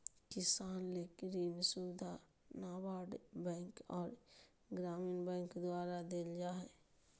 किसान ले ऋण सुविधा नाबार्ड बैंक आर ग्रामीण बैंक द्वारा देल जा हय